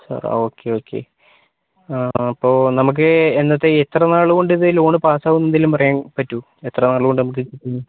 okay okay അപ്പോൾ നമുക്ക് എന്നത്തേക്ക് എത്ര നാളുകൊണ്ട് ഇത് ലോണ് പാസ്സാവും എന്തെങ്കിലും പറയാൻ പറ്റുമോ എത്ര നാളുകൊണ്ട് നമുക്ക് കിട്ടും എന്ന്